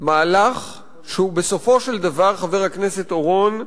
מהלך שהוא בסופו של דבר, חבר הכנסת אורון,